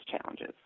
challenges